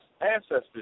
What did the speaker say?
ancestors